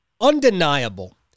undeniable